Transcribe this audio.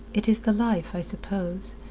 it is the life, i suppose.